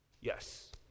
Yes